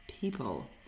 people